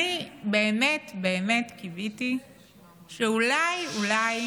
אני באמת באמת קיוויתי שאולי, אולי,